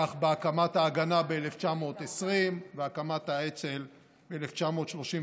כך בהקמת ההגנה ב-1920 ובהקמת האצ"ל ב-1931,